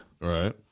Right